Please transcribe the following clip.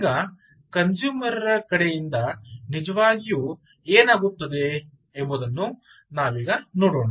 ಈಗ ಕನ್ಸೂಮರ್ ರ ಕಡೆಯಿಂದ ನಿಜವಾಗಿ ಏನಾಗುತ್ತದೆ ಎಂಬುದನ್ನು ನಾವು ನೋಡೋಣ